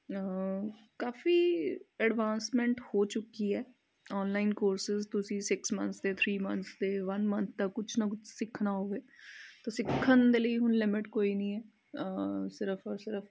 ਕਾਫੀ advancement ਹੋ ਚੁੱਕੀ ਹੈ ਔਨਲਾਈਨ ਕੋਰਸਿਸ ਤੁਸੀਂ ਸਿਕਸ ਮੰਥਸ ਅਤੇ ਥਰੀ ਮੰਥਸ ਦੇ ਵਨ ਮੰਥ ਦਾ ਕੁਛ ਨਾ ਕੁਛ ਸਿੱਖਣਾ ਹੋਵੇ ਤੋ ਸਿੱਖਣ ਦੇ ਲਈ ਹੁਣ ਲਿਮਿਟ ਕੋਈ ਨਹੀਂ ਹੈ ਸਿਰਫ ਸਿਰਫ